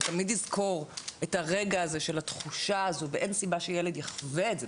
הוא תמיד יזכור את הרגע הזה של התחושה הזאת ואין סיבה שילד יחווה את זה.